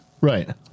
right